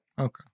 Okay